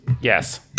yes